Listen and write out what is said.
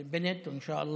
לבתה,